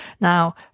Now